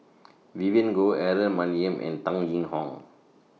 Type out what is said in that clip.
Vivien Goh Aaron Maniam and Tan Yee Hong